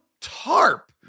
tarp